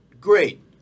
Great